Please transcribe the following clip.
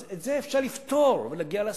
אז את זה אפשר לפתור ולהגיע להסכמה.